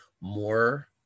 More